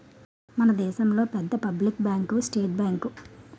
మన దేశంలో పెద్ద పబ్లిక్ బ్యాంకు స్టేట్ బ్యాంకు